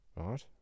Right